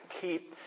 keep